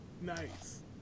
Nice